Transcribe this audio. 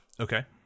Okay